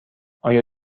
آیا